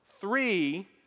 Three